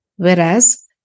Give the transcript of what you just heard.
Whereas